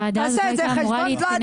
הוועדה הזאת לא הייתה אמורה להתכנס.